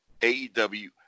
AEW